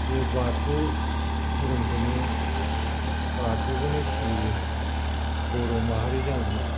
बे बाथौ धोरोमखौनो बाथौखौनो सिबियो बर' माहारि जानानै